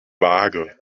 vage